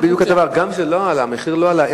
זה בדיוק העניין: גם כשהמחיר לא עלה,